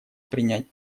принять